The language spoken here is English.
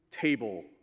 table